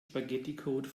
spaghetticode